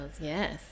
yes